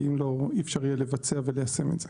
כי אם לא אי אפשר יהיה לבצע וליישם את זה.